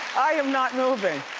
i am not moving.